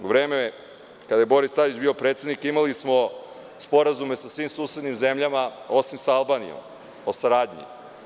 U vreme kada je Boris Tadić bio predsednik imali smo sporazume sa svim susednim zemljama, osim sa Albanijom, o saradnji.